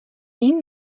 این